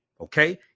okay